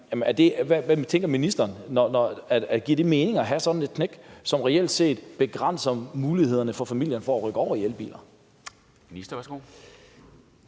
hvad tænker ministeren: Giver det mening at have sådan et knæk, som reelt set begrænser familiernes mulighed for at rykke over i elbiler?